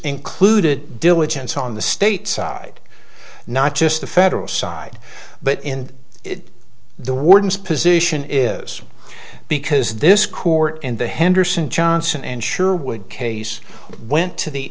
included diligence on the state side not just the federal side but in the warden's position is because this court and the henderson johnson and sure would case went to the